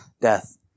death